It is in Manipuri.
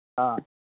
ꯑꯥ